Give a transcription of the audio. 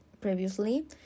previously